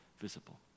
visible